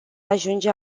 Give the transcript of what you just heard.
ajunge